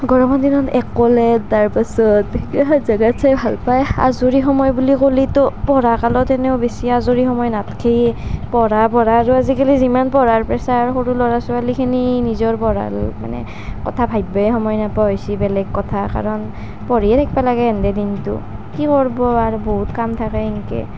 গৰমৰ দিনত এক'লেণ্ড তাৰ পাছত সেইগিলাখান জাগা চাই ভাল পায় আজৰি সময় বুলি কলেইটো পঢ়া কালত এনেও বেছি আজৰি সময় নাথাকেই পঢ়া পঢ়া আৰু আজিকালি যিমান পঢ়াৰ প্ৰেছাৰ আৰু সৰু ল'ৰা ছোৱালীখিনি নিজৰ পঢ়া মানে কথা ভাবিবই সময় নোপোৱা হৈছি বেলেগ কথা কাৰণ পঢ়িয়ে থাকিব লাগে দিনটো কি কৰব আৰু বহুত কাম থাকে এনকৈ